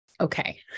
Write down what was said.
okay